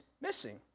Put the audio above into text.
missing